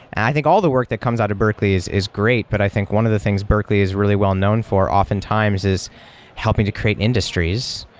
and i think all the work that comes out of berkeley is is great, but i think one of the things berkeley is really well known for often times is helping to create industries,